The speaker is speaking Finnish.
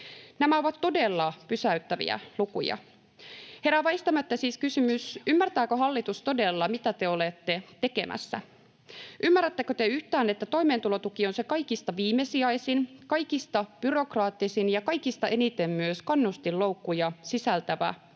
Nämä ovat todella pysäyttäviä lukuja. Herää siis väistämättä kysymys, ymmärtääkö hallitus todella, mitä on tekemässä. Ymmärrättekö te yhtään, että toimeentulotuki on se kaikista viimesijaisin, kaikista byrokraattisin ja kaikista eniten myös kannustinloukkuja sisältävä